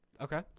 Okay